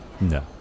No